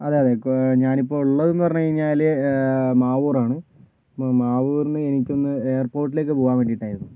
അതെ അതെ ഇപ്പം ഞാൻ ഇപ്പം ഉള്ളതെന്ന് പറഞ്ഞു കഴിഞ്ഞാല് മാവൂർ ആണ് അപ്പം മാവൂരിൽ എനിക്ക് ഒന്ന് എയർ പോർട്ടിലേക്ക് പോകാൻ വേണ്ടിയിട്ടായിരുന്നു